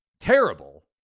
terrible